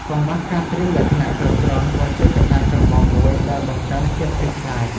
កង្វះការត្រៀមលក្ខណៈគ្រប់គ្រាន់ក៏ជាកត្តាចម្បងមួយដែលបង្កើនភាពភ័យខ្លាច។